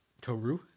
toru